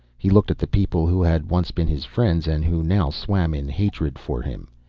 he looked at the people who had once been his friends and who now swam in hatred for him.